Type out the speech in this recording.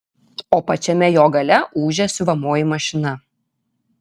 o pačiame jo gale ūžia siuvamoji mašina